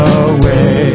away